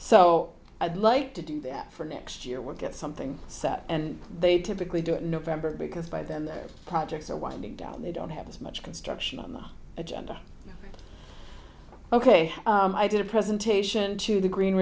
so i'd like to do that for next year we'll get something set and they typically do it november because by then the projects are winding down they don't have as much construction on the agenda ok i did a presentation to the green